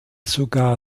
sogar